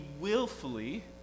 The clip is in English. willfully